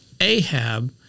Ahab